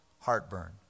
heartburn